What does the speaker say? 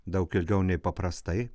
daug ilgiau nei paprastai